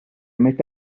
mette